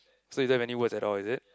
so you don't have any words at all is it